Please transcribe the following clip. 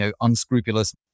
unscrupulous